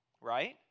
right